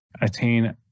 attain